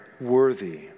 worthy